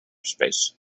space